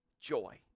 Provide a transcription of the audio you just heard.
Joy